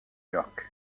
york